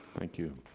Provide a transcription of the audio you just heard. thank you.